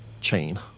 chain